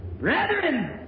Brethren